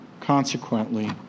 Consequently